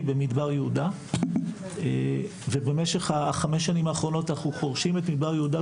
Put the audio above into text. במדבר יהודה ובמשך חמש השנים האחרונות אנחנו חורשים במדבר יהודה,